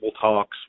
talks